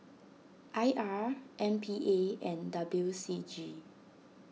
I R M P A and W C G